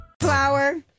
Flower